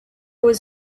was